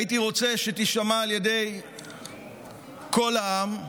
הייתי רוצה שתישמע על ידי כל העם,